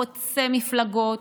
חוצה מפלגות,